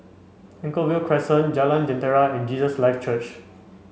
Anchorvale Crescent Jalan Jentera and Jesus Lives Church